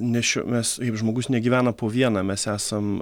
ne šio mes juk žmogus negyvena po vieną mes esam